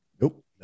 Nope